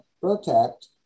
protect